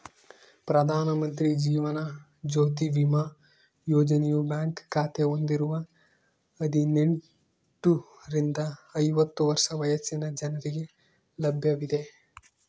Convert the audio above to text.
ಪ್ರಧಾನ ಮಂತ್ರಿ ಜೀವನ ಜ್ಯೋತಿ ಬಿಮಾ ಯೋಜನೆಯು ಬ್ಯಾಂಕ್ ಖಾತೆ ಹೊಂದಿರುವ ಹದಿನೆಂಟುರಿಂದ ಐವತ್ತು ವರ್ಷ ವಯಸ್ಸಿನ ಜನರಿಗೆ ಲಭ್ಯವಿದೆ